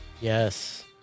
Yes